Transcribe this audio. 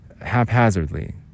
haphazardly